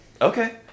okay